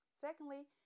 Secondly